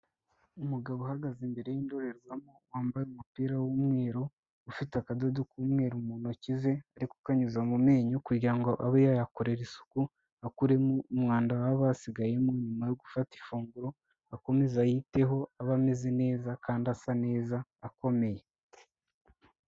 Umugabo uhagaze imbere y'indorerwamo, wambaye umupira w'umweru, ufite akadodo k'umweru mu ntoki ze, ari kukanyuza mu menyo kugira ngo abe yayakorera isuku, akuremo umwanda waba wasigayemo nyuma yo gufata ifunguro, akomeze ayiteho, abe ameze neza, kandi asa neza, akomeye.